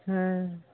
ᱦᱮᱸ